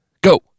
Go